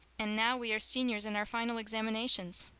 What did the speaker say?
and now we are seniors in our final examinations.